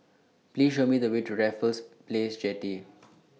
Please Show Me The Way to Raffles Place Jetty